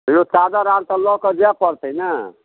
तैओ चादर आर तऽ लऽ कऽ जाइ पड़तै ने